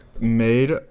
Made